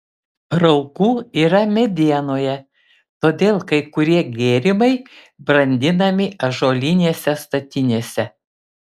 raugų yra medienoje todėl kai kurie gėrimai brandinami ąžuolinėse statinėse